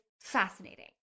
fascinating